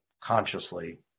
consciously